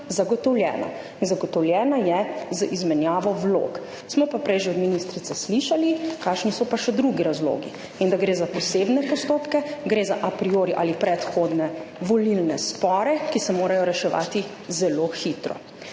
zagotovljena. Zagotovljena je z izmenjavo vlog. Smo pa prej že od ministrice slišali, kakšni so pa še drugi razlogi in da gre za posebne postopke, gre za a priori ali predhodne volilne spore, ki se morajo reševati zelo hitro.